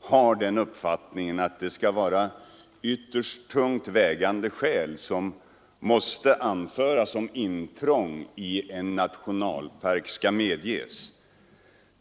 har den uppfattningen att det skall vara ytterst tungt vägande skäl som måste anföras, om intrång i en nationalpark skall medges.